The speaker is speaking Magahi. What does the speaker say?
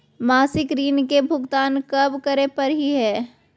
मासिक ऋण के भुगतान कब करै परही हे?